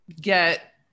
get